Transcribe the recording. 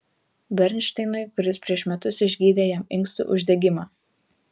bernšteinui kuris prieš metus išgydė jam inkstų uždegimą